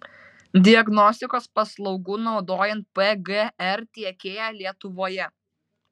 diagnostikos paslaugų naudojant pgr tiekėja lietuvoje